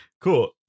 cool